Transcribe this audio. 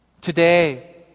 today